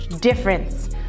difference